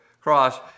cross